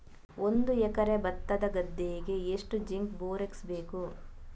ಒಂದು ಎಕರೆ ಭತ್ತದ ಗದ್ದೆಗೆ ಎಷ್ಟು ಜಿಂಕ್ ಬೋರೆಕ್ಸ್ ಬೇಕು?